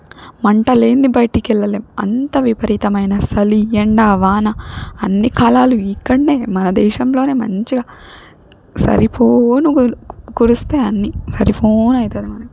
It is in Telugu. మంటలేంది బయటికి వెళ్ళలేం అంత విపరీతమైన చలి ఎండ వాన అన్నీ కాలాలు ఇక్కడనే మన దేశంలోనే మంచిగా సరిపోనుగుల్ కు కురుస్తాయన్నీ సరిపోను అయితాది మనకి